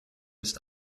ist